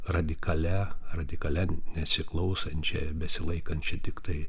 radikalia radikalia nesiklausančia besilaikančia tiktai